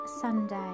Sunday